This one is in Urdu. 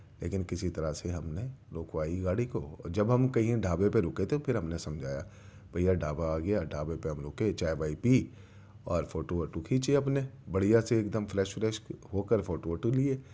لیکن کسی طرح سے ہم نے رکوائی گاڑی کو جب ہم کہیں ڈھابے پہ رُکے تھے پھر ہم نے سمجھایا بھیا ڈھابا آ گیا ڈھابے پہ ہم رُکے چائے وائے پی اور فوٹو ووٹو کھیچی اپنے بڑھیا سے ایک دم فریش وریش ہو کر فوٹو ووٹو لئے